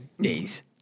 days